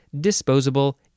disposable